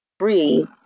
free